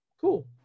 Cool